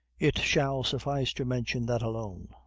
it shall suffice to mention that alone.